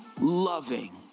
loving